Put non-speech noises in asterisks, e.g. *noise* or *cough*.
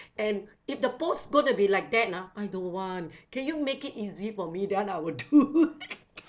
and if the post is going to be like that ah I don't want *breath* can you make it easy for me then I will *laughs* do